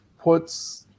puts